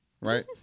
right